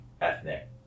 ethnic